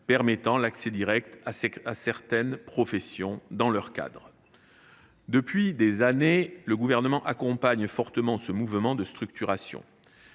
permettent l’accès direct à certaines professions par ce biais. Depuis des années, le Gouvernement accompagne fortement ce mouvement de structuration